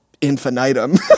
infinitum